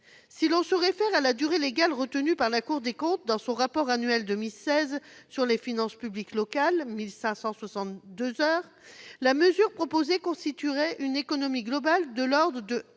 si l'on se réfère à la durée légale retenue par la Cour des comptes dans son rapport annuel 2016 sur les finances publiques locales- 1 562 heures -, la mesure proposée constituerait une économie globale de l'ordre de 1,2